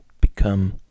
become